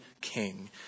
King